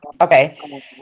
Okay